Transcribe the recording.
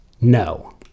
no